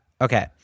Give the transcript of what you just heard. Okay